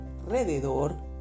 alrededor